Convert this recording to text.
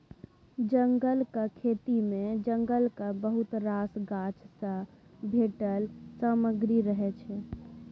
जंगलक खेती मे जंगलक बहुत रास गाछ सँ भेटल सामग्री रहय छै